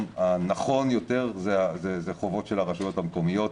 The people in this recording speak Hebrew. הנכון יותר הוא חובות של הרשויות המקומיות